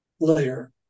layer